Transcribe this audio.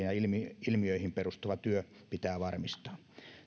ja ilmiöihin perustuva työ pitää varmistaa